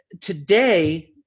today